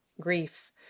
Grief